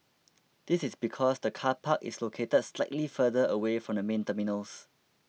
this is because the car park is located slightly further away from the main terminals